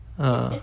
ah